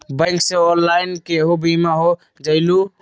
Bank से online केहु बिमा हो जाईलु?